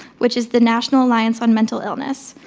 which is the national alliance on mental illness.